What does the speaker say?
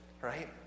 right